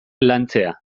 lantzea